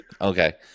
Okay